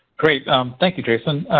great. thank you, jason.